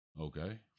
Okay